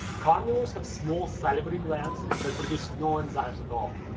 carnivores have small salivary glands that produce no enzymes at all.